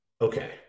Okay